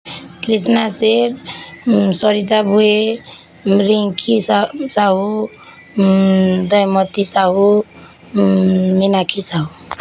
Krishna sir Sarita Bhui Rinki Sahu Sahu Daimanti Sahu Minakshi Sahu